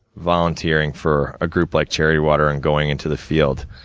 volunteering for a group like charity water, and going into the field.